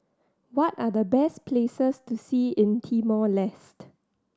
what are the best places to see in Timor Leste